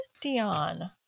Dion